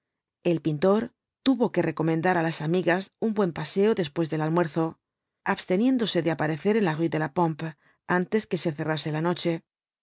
el pintor tuvo que recomendar á la amigas un buen paseo después del almuerzo absteniéndose de aparecer en la rué de la pompe antes que cerrase la noche